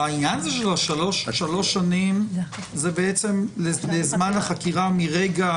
העניין של שלוש השנים של זמן החקירה מרגע